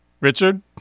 Richard